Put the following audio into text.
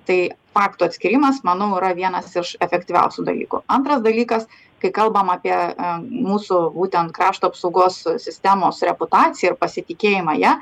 tai faktų atskyrimas manau yra vienas iš efektyviausių dalykų antras dalykas kai kalbam apie mūsų būtent krašto apsaugos sistemos reputaciją ir pasitikėjimą ja